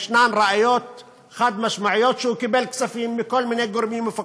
יש ראיות חד-משמעיות שהוא קיבל כספים מכל מיני גורמים מפוקפקים,